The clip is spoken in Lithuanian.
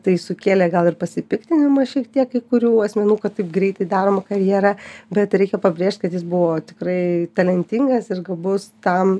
tai sukėlė gal ir pasipiktinimą šiek tiek kai kurių asmenų kad taip greitai daroma karjera bet reikia pabrėžt kad jis buvo tikrai talentingas ir gabus tam